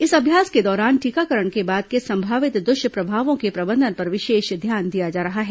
इस अभ्यास के दौरान टीकाकरण के बाद के संभावित दुष्प्रभावों के प्रबंधन पर विशेष ध्यान दिया जा रहा है